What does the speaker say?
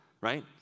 right